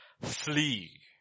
flee